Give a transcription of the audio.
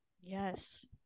yes